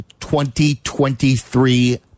2023